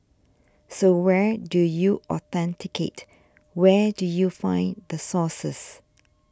so where do you authenticate where do you find the sources